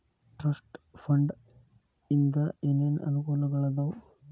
trust fund ಇಂದ ಏನೇನ್ ಅನುಕೂಲಗಳಾದವ